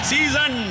Season